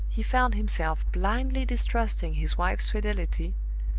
he found himself blindly distrusting his wife's fidelity,